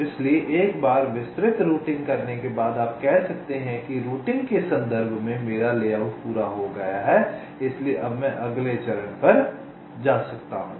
इसलिए एक बार विस्तृत रूटिंग करने के बाद आप कह सकते हैं कि रूटिंग के संदर्भ में मेरा लेआउट पूरा हो गया है इसलिए अब मैं अगले चरण पर जा सकता हूं